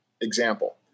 example